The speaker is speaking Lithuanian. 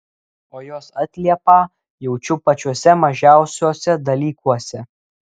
o jos atliepą jaučiu pačiuose mažiausiuose dalykuose